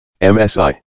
MSI